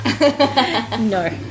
No